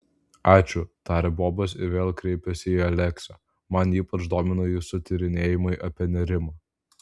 ačiū tarė bobas ir vėl kreipėsi į aleksę mane ypač domina jūsų tyrinėjimai apie nerimą